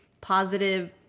positive